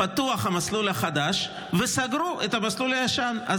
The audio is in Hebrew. המסלול החדש פתוח והמסלול הישן סגור,